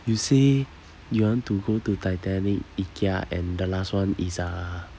you say you want to go to titanic ikea and the last one is uh